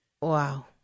wow